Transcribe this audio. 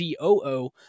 COO